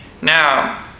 Now